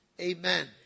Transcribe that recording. Amen